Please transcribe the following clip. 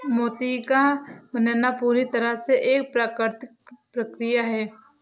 मोती का बनना पूरी तरह से एक प्राकृतिक प्रकिया है